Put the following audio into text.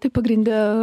tai pagrinde